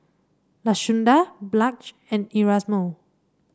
Lashunda Blanch and Erasmo